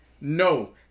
No